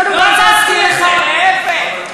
קודם כול, אני רוצה להזכיר לך, לא אמרתי את זה.